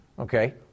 okay